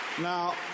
Now